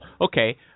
Okay